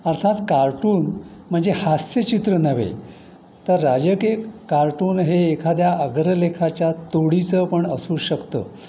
अर्थात कार्टून म्हणजे हास्य चित्र नव्हे तर राज कार्टून हे एखाद्या अग्रलेखाच्या तोडीचं पण असू शकतं